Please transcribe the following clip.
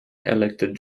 elected